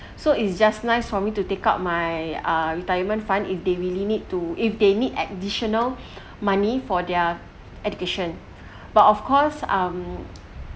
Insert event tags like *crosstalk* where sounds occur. *breath* so it's just nice for me to take out my uh retirement fund if they really need to if they need additional *breath* money for their education *breath* but of course um